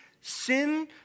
sin